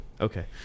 Okay